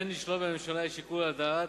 אין לשלול מהממשלה את שיקול הדעת,